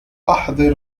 أحضر